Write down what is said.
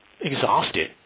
Exhausted